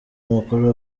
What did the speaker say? mukuru